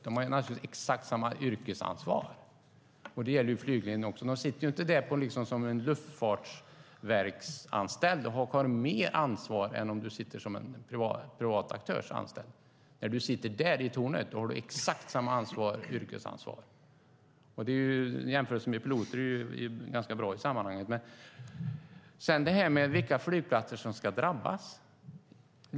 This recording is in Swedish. De har exakt samma yrkesansvar. Det gäller flygledarna också. De sitter inte där som anställda av Luftfartsverket och har mer ansvar än de som är anställda av en privat aktör. När du sitter i tornet har du exakt samma yrkesansvar. Jämförelsen med piloter är ganska bra i sammanhanget. Sedan var det fråga om vilka flygplatser som ska drabbas.